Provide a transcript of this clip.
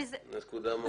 זאת נקודה מאוד משמעותית.